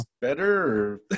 better